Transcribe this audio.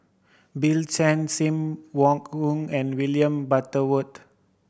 Bill Chen Sim Wong Hoo and William Butterworth